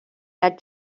that